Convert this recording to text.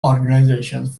organizations